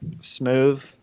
smooth